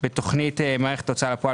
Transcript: בתוכנית מערכת הוצאה לפועל,